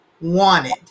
wanted